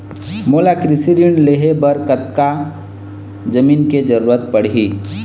मोला कृषि ऋण लहे बर कतका जमीन के जरूरत पड़ही?